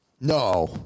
No